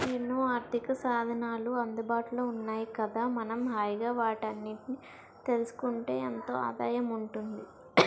ఎన్నో ఆర్థికసాధనాలు అందుబాటులో ఉన్నాయి కదా మనం హాయిగా వాటన్నిటినీ తెలుసుకుంటే ఎంతో ఆదాయం ఉంటుంది